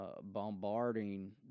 bombarding